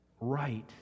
right